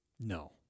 No